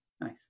Nice